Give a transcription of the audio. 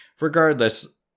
regardless